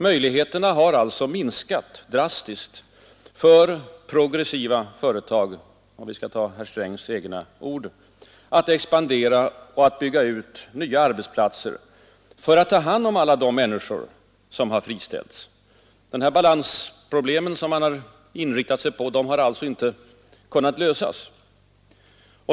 Möjligheterna har alltså minskat drastiskt för progressiva företag — för att använda herr Strängs egna ord - att expandera och att bygga ut nya arbetsplatser för att ta hand om alla de människor som friställts. De balansproblem som man inriktat sig på har alltså inte kunnat lösas.